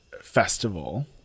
festival